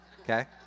okay